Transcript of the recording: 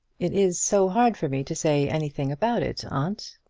it is so hard for me to say anything about it, aunt.